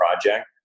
project